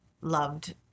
loved